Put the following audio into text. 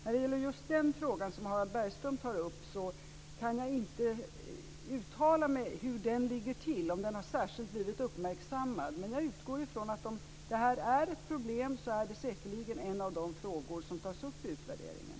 När det gäller just den fråga som Harald Bergström tar upp kan jag inte uttala mig om hur det ligger till och om den har blivit särskilt uppmärksammad. Men jag utgår ifrån att om detta är ett problem är det säkerligen en av de frågor som tas upp i utvärderingen.